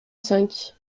cinq